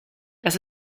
das